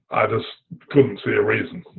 i just couldn't see a reason.